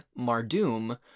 Mardum